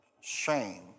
shame